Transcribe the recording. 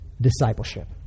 discipleship